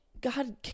god